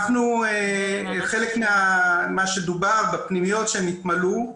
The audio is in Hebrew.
חלק ממה שדובר בפנימיות שנתמלאו,